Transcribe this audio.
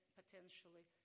potentially